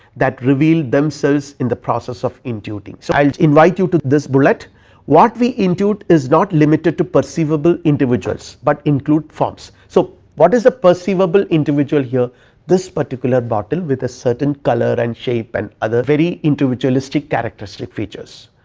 that reveal themselves in the process of intuiting. so, i will invite you to this bullet what we intuit is not limited to perceivable individuals, but includes forms. so what is the perceivable individual here this particular bottle with a certain color and shape and other very individualistic characteristic features,